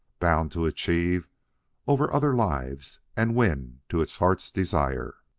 bound to achieve over other lives and win to its heart's desire.